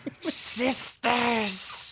Sisters